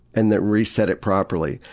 and then re-set it properly.